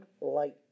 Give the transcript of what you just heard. light